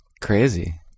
Crazy